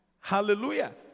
Hallelujah